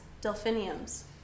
delphiniums